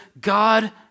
God